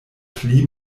pli